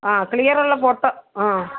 ആ ക്ലിയർ ഉള്ള ഫോട്ടോ ആ